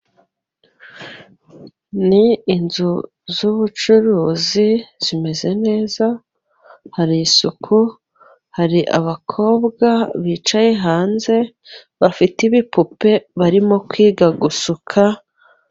Ni inzu z'ubucuruzi zimeze neza, hari isuku hari abakobwa bicaye hanze bafite ibipupe barimo kwiga gusuka.